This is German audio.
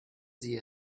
sie